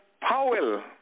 Powell